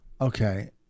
Okay